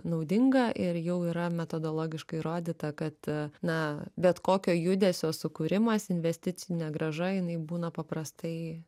naudinga ir jau yra metodologiškai įrodyta kad na bet kokio judesio sukūrimas investicinė grąža jinai būna paprastai